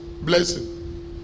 blessing